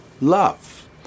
love